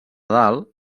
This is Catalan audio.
dalt